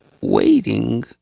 waiting